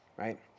right